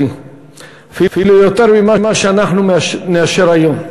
אפילו יותר ממה שאנחנו נאשר היום.